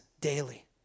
daily